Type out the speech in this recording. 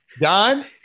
Don